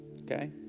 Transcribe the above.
Okay